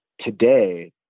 Today